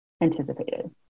anticipated